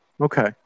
Okay